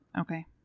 Okay